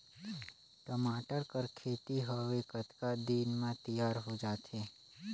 टमाटर कर खेती हवे कतका दिन म तियार हो जाथे?